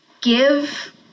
give